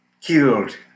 killed